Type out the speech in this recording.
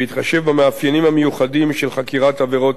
במאפיינים המיוחדים של חקירת עבירות אלה,